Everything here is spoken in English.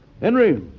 Henry